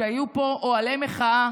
כשהיו פה אוהלי מחאה